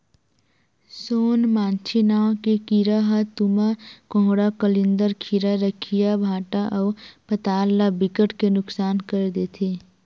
सोन मांछी नांव के कीरा ह तुमा, कोहड़ा, कलिंदर, खीरा, रखिया, भांटा अउ पताल ल बिकट के नुकसान कर देथे